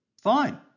fine